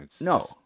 No